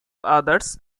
others